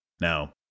Now